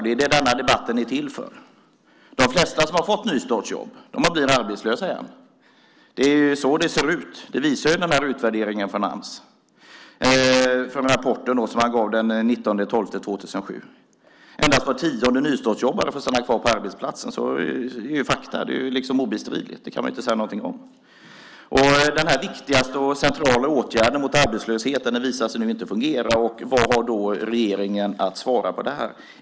Det är det denna debatt är till för. De flesta som har fått nystartsjobb har blivit arbetslösa igen. Det är så det ser ut. Det visar utvärderingen från Ams i den rapport som kom den 19 december 2007. Endast var tionde nystartsjobbare får stanna kvar på arbetsplatsen. Det är fakta. Det är liksom obestridligt. Det kan man inte säga någonting om. Den viktigaste och mest centrala åtgärden mot arbetslösheten visar sig nu inte fungera. Vad har då regeringen att svara på det?